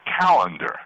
calendar